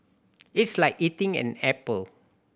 it's like eating an apple